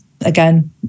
Again